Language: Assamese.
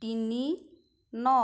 তিনি ন